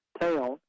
town